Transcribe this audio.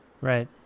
right